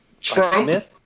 Trump